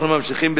תודה.